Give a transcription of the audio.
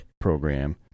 program